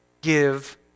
give